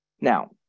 Now